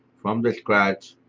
from-the-scratch